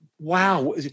wow